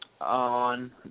on